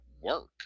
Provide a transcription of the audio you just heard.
work